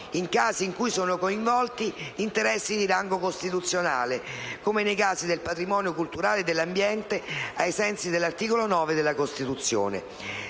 in casi in cui sono coinvolti interessi di rango costituzionale, come nei casi del patrimonio culturale e dell'ambiente ai sensi dell'articolo 9 della Costituzione: